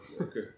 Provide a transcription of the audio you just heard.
okay